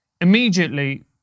immediately